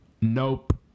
Nope